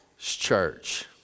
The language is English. church